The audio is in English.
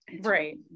right